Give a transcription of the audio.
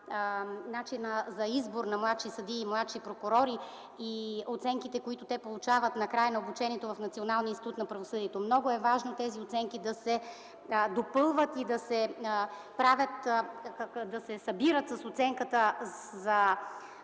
за избор на младши съдии и младши прокурори и оценките, които те получават накрая на обучението в Националния институт на правосъдието. Много е важно тези оценки да се допълват и събират с оценката от